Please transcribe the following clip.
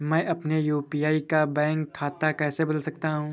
मैं अपने यू.पी.आई का बैंक खाता कैसे बदल सकता हूँ?